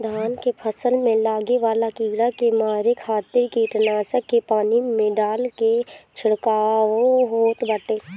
धान के फसल में लागे वाला कीड़ा के मारे खातिर कीटनाशक के पानी में डाल के छिड़काव होत बाटे